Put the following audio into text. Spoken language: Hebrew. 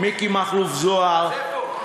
מיקי מכלוף זוהר, אז איפה הוא?